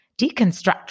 deconstruct